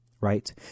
right